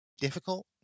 difficult